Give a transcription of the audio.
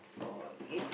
for eight